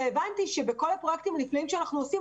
הבנתי שבכל הפרויקטים הנפלאים שאנחנו עושים,